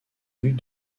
vue